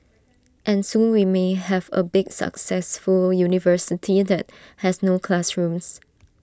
and soon we may have A big successful university that has no classrooms